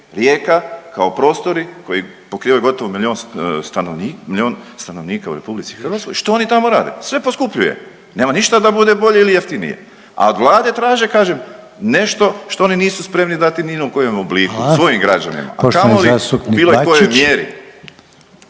Rijeka kao prostori koji pokrivaju gotovo milijun stanovni…, milijun stanovnika u RH, što oni tamo rade, sve poskupljuje, nema ništa da bude bolje ili jeftinije, a od Vlade traže kažem nešto što oni nisu spremni dati ni u kojem obliku svojim građanima…/Upadica Reiner: